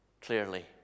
clearly